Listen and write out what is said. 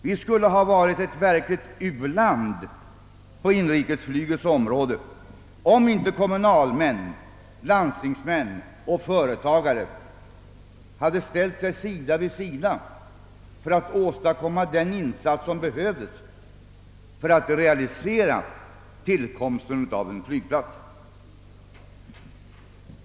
Vi skulle ha varit ett verkligt u-land på inrikesflygets område, om inte kloka kommunalmän, landstingsmän och företagare hade ställt sig sida vid sida för att åstadkomma den insats, som behövdes för tillkomsten av en flygplats.